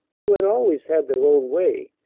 who had always had their own way,